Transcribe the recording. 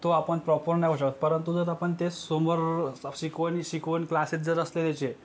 तो आपण प्रॉपर नाही होऊ शकत परंतु जर आपण ते समोर शिकवणी शिकवण क्लासेस जर असले त्याचे